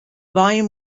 volume